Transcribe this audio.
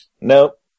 Nope